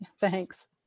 Thanks